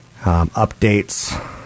Updates